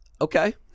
okay